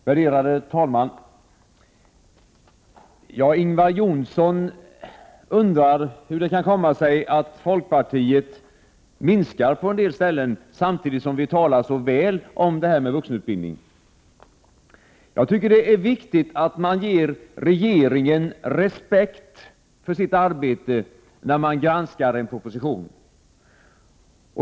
Värderade talman! Ingvar Johnsson undrade hur det kan komma sig att vi i folkpartiet vill minska anslagen på vissa ställen samtidigt som vi talar så väl om vuxenutbildningen. Jag tycker att det är viktigt att man visar regeringen respekt för dess arbete när man granskar en proposition.